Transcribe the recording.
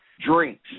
Drinks